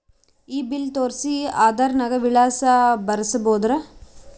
ಈ ಬಿಲ್ ತೋಸ್ರಿ ಆಧಾರ ನಾಗ ವಿಳಾಸ ಬರಸಬೋದರ?